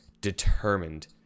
determined